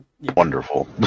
Wonderful